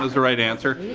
the right answer.